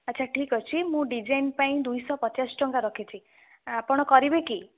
ଆଛା ଠିକ୍ ଅଛି ମୁଁ ଡିଜାଇନ ପାଇଁ ଦୁଇଶହ ପଚାଶ ଟଙ୍କା ରଖିଛି ଆପଣ କରିବେ କି